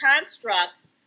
constructs